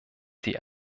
die